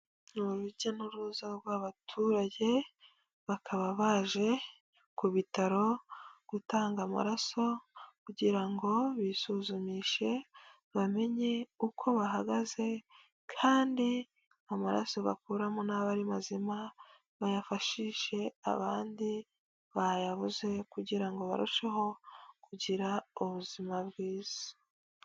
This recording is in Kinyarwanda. Uru rujya n'uruza rw'abaturage bakaba baje ku bitaro gutanga amaraso kugira ngo bisuzumishe bamenye uko bahagaze, kandi amaraso bakuramo naba ari mazima bayafashishe abandi bayabuze, kugira ngo barusheho kugira ubuzima bwiza.